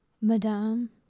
Madame